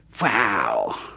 Wow